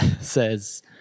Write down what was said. says